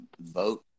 vote